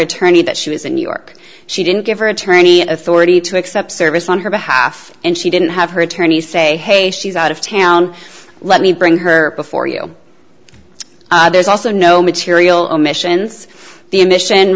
attorney that she was in new york she didn't give her attorney authority to accept service on her behalf and she didn't have her attorneys say hey she's out of town let me bring her before you there's also no material omissions the admission